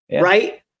Right